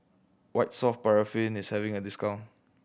White Soft Paraffin is having a discount